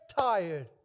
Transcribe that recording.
tired